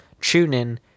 TuneIn